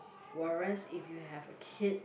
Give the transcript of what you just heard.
whereas if you have a kid